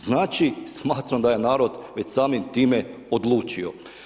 Znači smatram da je narod već samim time odlučio.